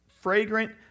fragrant